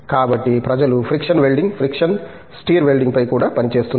కాబట్టి ప్రజలు friction welding friction stir వెల్డింగ్పై కూడా పని చేస్తున్నారు